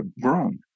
grown